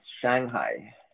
Shanghai